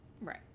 right